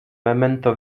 memento